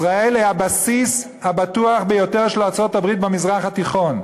ישראל היא הבסיס הבטוח ביותר של ארצות-הברית במזרח התיכון.